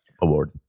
award